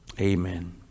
Amen